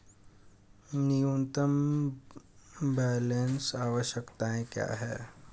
न्यूनतम बैलेंस आवश्यकताएं क्या हैं?